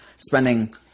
Spending